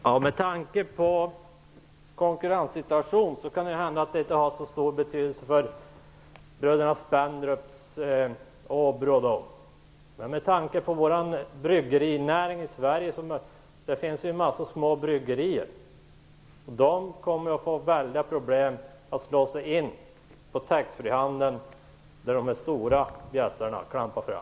Herr talman! Med tanke på konkurrenssituationen kanske detta inte har så stor betydelse för bröderna Spendrup och Åbrå. Men det finns ju en massa små bryggerier, och de kommer att få stora svårigheter att slå sig in på taxfree-handeln, där de stora bjässarna klampar fram.